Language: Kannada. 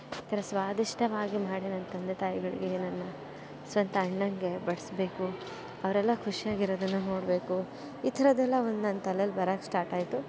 ಈ ಥರ ಸ್ವಾದಿಷ್ಟವಾಗಿ ಮಾಡಿ ನನ್ನ ತಂದೆ ತಾಯಿಗಳಿಗೆ ನನ್ನ ಸ್ವಂತ ಅಣ್ಣನಿಗೆ ಬಡಿಸ್ಬೇಕು ಅವರೆಲ್ಲ ಖುಷಿಯಾಗಿರೋದನ್ನ ನೋಡಬೇಕು ಈ ಥರದ್ದೆಲ್ಲ ಒಂದು ನನ್ನ ತಲೆಯಲ್ಲಿ ಬರಕೆ ಸ್ಟಾರ್ಟಾಯಿತು